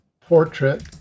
portrait